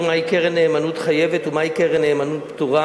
מהי קרן נאמנות חייבת ומהי קרן נאמנות פטורה.